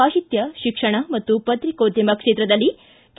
ಸಾಹಿತ್ಯ ಶಿಕ್ಷಣ ಮತ್ತು ಪತ್ರಿಕೋದ್ಯಮ ಕ್ಷೇತ್ರದಲ್ಲಿ ಕೆ